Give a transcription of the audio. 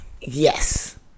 Yes